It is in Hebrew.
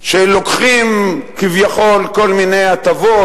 שלוקחים, כביכול, כל מיני הטבות.